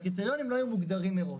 הקריטריונים לא היו מוגדרים מראש.